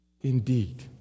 Indeed